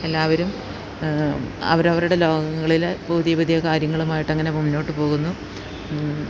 എല്ലാവരും അവരവരുടെ ലോകങ്ങളിൽ പുതിയ പുതിയ കാര്യങ്ങളും ആയിട്ടങ്ങനെ മുന്നോട്ട് പോകുന്നു